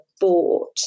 bought